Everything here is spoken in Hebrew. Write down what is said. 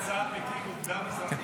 בצה"ל מקימים אוגדה מזרחית.